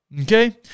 Okay